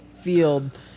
field